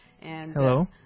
Hello